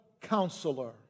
Counselor